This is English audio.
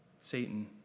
Satan